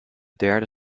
derde